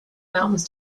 mountains